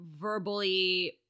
verbally